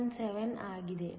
99517 ಆಗಿದೆ